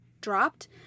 dropped